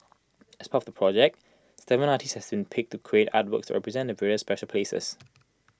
as part of the project Seven artists have been picked to create artworks that represent the various special places